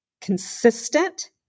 consistent